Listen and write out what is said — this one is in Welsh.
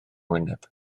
wyneb